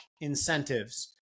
incentives